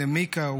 למיקה,